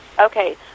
Okay